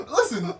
Listen